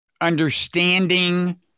understanding